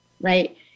right